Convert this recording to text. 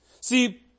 See